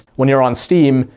when you're on steam,